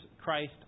Christ